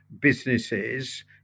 businesses